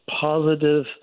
positive